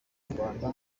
nyarwanda